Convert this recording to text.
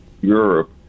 Europe